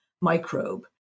microbe